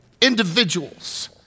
individuals